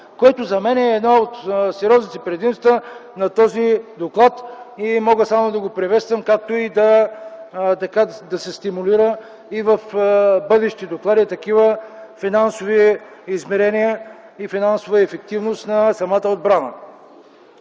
което за мен е едно от сериозните предимства на този доклад. Мога само да го приветствам, както и да се стимулират в бъдещи доклади, такива финансови измерения и финансова ефективност на самата отбрана.